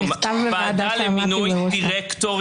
היקום, היקום קורס לתוך עצמו.